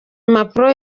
impano